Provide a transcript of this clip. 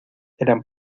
eran